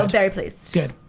um very pleased. good.